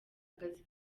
akazi